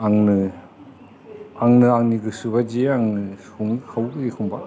आंनो आंनो आंनि गोसो बायदियै आंनो सङो खावो एखम्बा